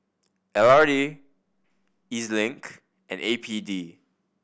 L R T E Z Link and A P D